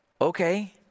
okay